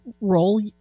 role